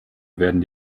werden